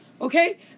Okay